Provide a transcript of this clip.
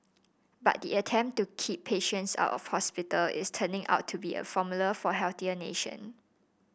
but the attempt to keep patients out of hospital is turning out to be a formula for healthier nation